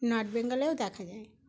north বেঙ্গলেও দেখা যায়